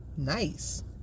Nice